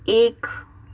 એક